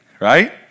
right